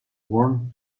worn